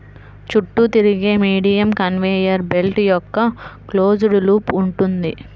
చుట్టూ తిరిగే medium conveyor belt యొక్క క్లోజ్డ్ లూప్ ఉంటుంది